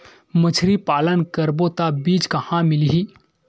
मछरी पालन करबो त बीज कहां मिलही?